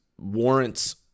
warrants